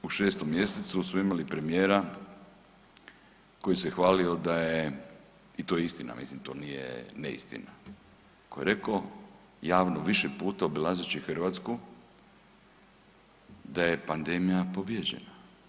Nakon toga u 6. Mjesecu smo imali premijera koji se hvalio da je i to je istina mislim, to nije neistina, koji je rekao javno više puta obilazeći Hrvatsku da je pandemija pobijeđena.